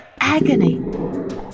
agony